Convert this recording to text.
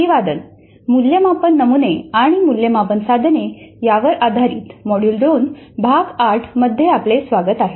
अभिवादन मूल्यमापन नमुने आणि मूल्यमापन साधने यावर आधारित मॉड्यूल 2 भाग 8 मध्ये आपले स्वागत आहे